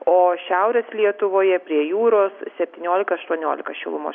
o šiaurės lietuvoje prie jūros septyniolika aštuoniolika šilumos